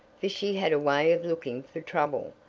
for she had a way of looking for trouble,